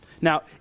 Now